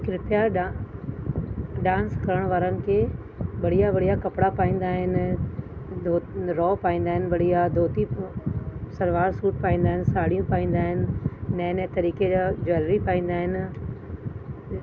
कृप्या डा डांस करण वारनि खे बढ़िया बढ़िया कपिड़ा पाईंदा आहिनि फ्रोक पाईंदा आहिनि बढ़िया धोती सलवार सूट पाईंदा आहिनि साड़ियूं पाईंदा आहिनि नएं नएं तरीक़े जा ज्वैलरी पाईंदा आहिनि